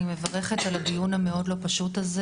אני מברכת על הדיון המאוד לא פשוט הזה